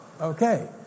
Okay